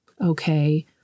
okay